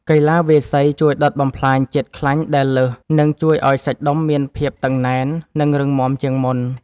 កីឡាវាយសីជួយដុតបំផ្លាញជាតិខ្លាញ់ដែលលើស និងជួយឱ្យសាច់ដុំមានភាពតឹងណែន និងរឹងមាំជាងមុន។